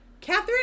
Catherine